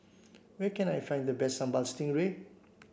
where can I find the best Sambal Stingray